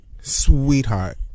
Sweetheart